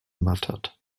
muttered